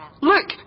Look